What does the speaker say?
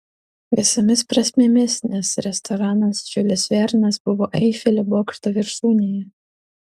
visomis prasmėmis nes restoranas žiulis vernas buvo eifelio bokšto viršūnėje